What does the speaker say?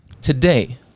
Today